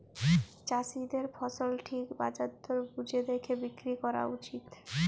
চাষীদের ফসল ঠিক বাজার দর বুঝে দ্যাখে বিক্রি ক্যরা উচিত